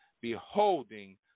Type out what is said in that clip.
beholding